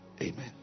Amen